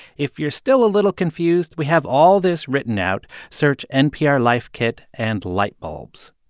if you're still a little confused, we have all this written out. search npr life kit and lightbulbs